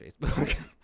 Facebook